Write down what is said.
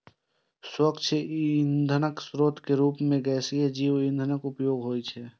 स्वच्छ ईंधनक स्रोत के रूप मे गैसीय जैव ईंधनक उपयोग होइ छै